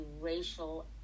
racial